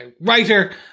writer